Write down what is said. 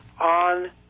on